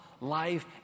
life